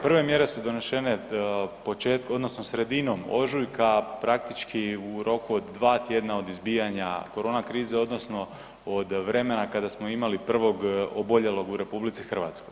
Prve mjere su donešene početkom odnosno sredinom ožujka praktički u roku od 2 tjedna od izbijanja korona krize odnosno od vremena kada smo imali prvog oboljelog u RH.